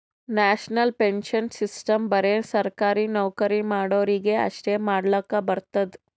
national pension system ಬರೆ ಸರ್ಕಾರಿ ನೌಕರಿ ಮಾಡೋರಿಗಿ ಅಷ್ಟೇ ಮಾಡ್ಲಕ್ ಬರ್ತುದ್